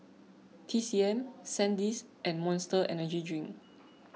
T C M Sandisk and Monster Energy Drink